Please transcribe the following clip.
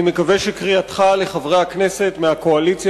אני מקווה שקריאתך לחברי הכנסת מהקואליציה